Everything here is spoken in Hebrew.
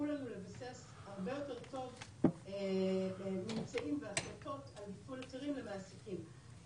אני מקבל איקס כסף ממישהו אחר שלא יכול לקבל היתרים להעסקת פלסטינים,